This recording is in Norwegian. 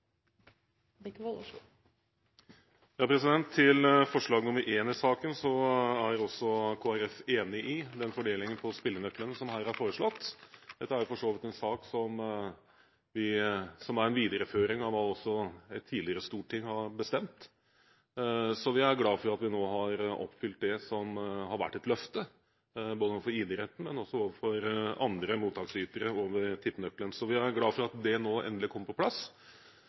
enig i fordelingen av spilleoverskuddet som her er foreslått. Dette er for så vidt en sak som er en videreføring av hva et tidligere storting har bestemt. Så vi er glad for at vi nå har oppfylt det som har vært et løfte, både overfor idretten og overfor andre mottakere over tippenøkkelen. Vi er glad for at det nå endelig kom på plass.